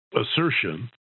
assertion